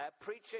Preaching